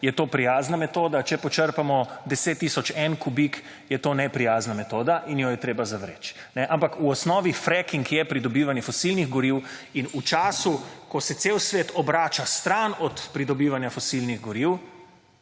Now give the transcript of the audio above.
je to prijazna metoda, če počrpamo 10 tisoč 1 kubik, je to neprijazna metoda in jo je treba zavreči. Ampak v osnovi fracking je pridobivanje fosilnih goriv in v času, ko se cel svet obrača stran od pridobivanja fosilnih goriv,